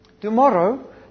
tomorrow